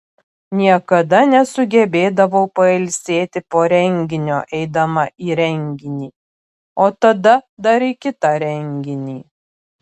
niekada nesugebėdavau pailsėti po renginio eidama į renginį o tada dar į kitą renginį